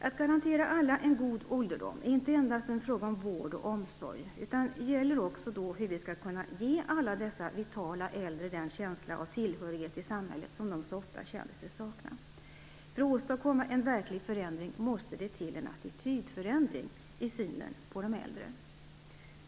Att garantera alla en god ålderdom är inte endast en fråga om vård och omsorg, utan det gäller också hur vi skall kunna ge alla dessa vitala äldre den känsla av tillhörighet i samhället som de så ofta känner sig sakna. För att åstadkomma en verklig förändring måste det till en attitydförändring i synen på de äldre.